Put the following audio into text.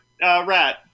rat